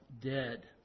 dead